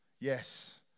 yes